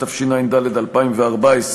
התשע"ד 2014,